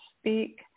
speak